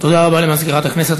תודה רבה למזכירת הכנסת.